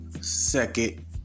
second